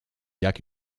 jak